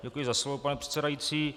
Děkuji za slovo, pane předsedající.